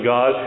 God